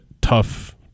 tough